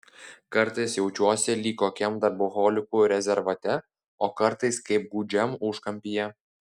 kartais jaučiuosi lyg kokiam darboholikų rezervate o kartais kaip gūdžiam užkampyje